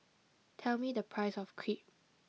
tell me the price of Crepe